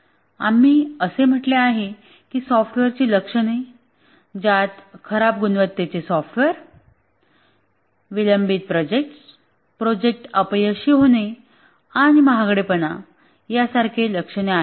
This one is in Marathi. आम्ही असे म्हटले आहे की सॉफ्टवेअरची लक्षणे ज्यात खराब गुणवत्तेचे सॉफ्टवेअर विलंबित प्रोजेक्ट प्रोजेक्ट अपयशी होणे आणि महागडेपणा यासारखे लक्षण आहेत